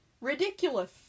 Ridiculous